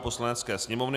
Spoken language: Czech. Poslanecké sněmovny